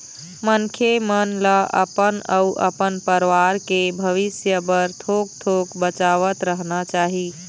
मनखे मन ल अपन अउ अपन परवार के भविस्य बर थोक थोक बचावतरहना चाही